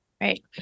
Right